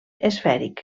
esfèric